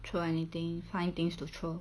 throw anything find things to throw